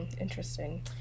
Interesting